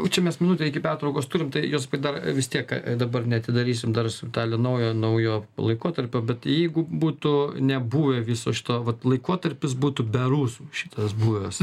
čia mes minutę iki pertraukos turim tai jūs dar vis tiek dabar neatidarysim dar su vitalija naujo naujo laikotarpio bet jeigu būtų nebuvę viso šito vat laikotarpis būtų be rusų šitas buvęs